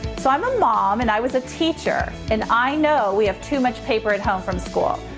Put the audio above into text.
so i'm a mom and i was a teacher and i know we have too much paper at home from school.